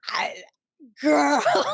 Girl